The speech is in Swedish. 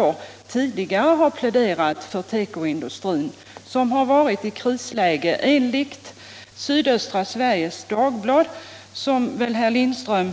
år tidigare har pläderat för tekoindustrin, som har varit i krisläge. Enligt Sydöstra Sveriges Dagblad, som väl herr Lindström